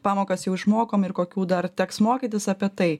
pamokas jau išmokom ir kokių dar teks mokytis apie tai